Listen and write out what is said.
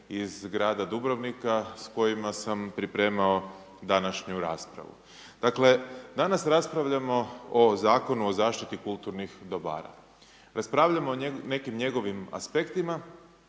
iz grada Dubrovnika sa kojima sam pripremao današnju raspravu. Dakle, danas raspravljamo o Zakonu o zaštiti kulturnih dobara. Raspravljamo o nekim njegovim aspektima